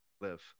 live